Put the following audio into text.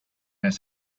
his